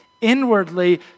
Inwardly